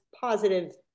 positive